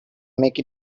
make